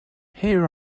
here